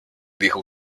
dijo